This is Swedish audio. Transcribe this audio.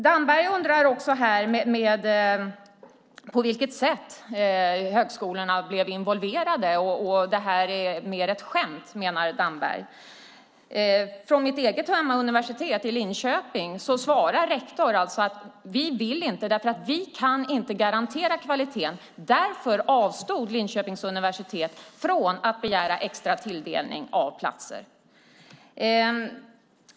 Damberg undrar på vilket sätt högskolorna blev involverade och menar att det här mer är ett skämt. Vid mitt hemuniversitet i Linköping svarar rektorn att de inte vill därför att de inte kan garantera kvaliteten. Därför avstod Linköpings universitet från att begära extra tilldelning av platser.